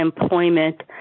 employment